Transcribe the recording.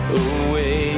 away